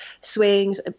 swings